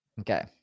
Okay